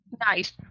Nice